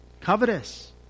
Covetous